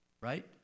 right